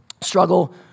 struggle